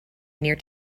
near